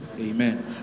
Amen